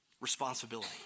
responsibility